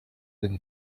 and